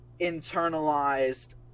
internalized